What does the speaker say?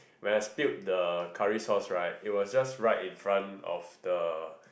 when I spilled the curry sauce right it was just right in front of the